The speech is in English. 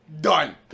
Done